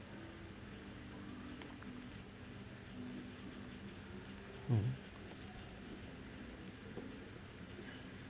mm